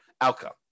outcome